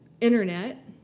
Internet